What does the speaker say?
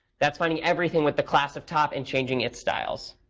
that's finding everything with the class of top and changing its styles.